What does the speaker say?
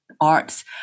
arts